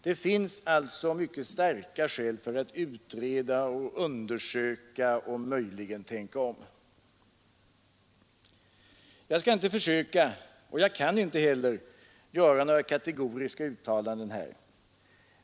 Det finns alltså mycket starka skäl för att utreda och undersöka och möjligen tänka om. Jag skall inte försöka, och jag kan inte heller, göra några kategoriska uttalanden här.